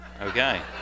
okay